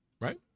right